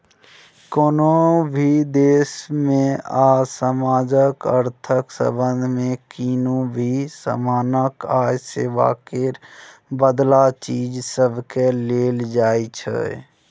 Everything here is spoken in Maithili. कुनु भी देश में आ समाजक अर्थक संबंध में कुनु भी समानक आ सेवा केर बदला चीज सबकेँ लेल जाइ छै